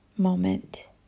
Moment